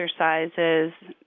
exercises